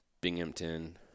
binghamton